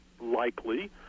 Likely